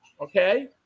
Okay